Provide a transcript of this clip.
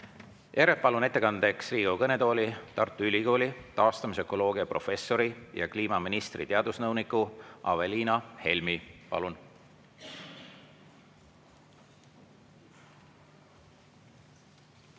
Palun ettekandeks Riigikogu kõnetooli Tartu Ülikooli taastamisökoloogia professori ja kliimaministri teadusnõuniku Aveliina Helmi. Palun!